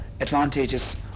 advantages